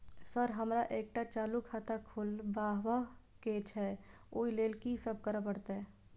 Sir हमरा एकटा चालू खाता खोलबाबह केँ छै ओई लेल की सब करऽ परतै?